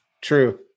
True